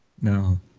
No